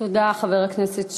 תודה, חבר הכנסת שי.